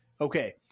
Okay